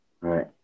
right